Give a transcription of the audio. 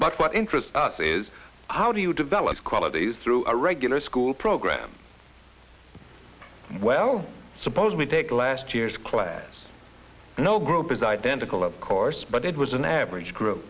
but what interests us is how do you develop qualities through a regular school program well i suppose we take last year's class no group is identical of course but it was an average group